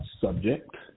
subject